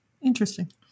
Interesting